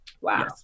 Wow